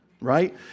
right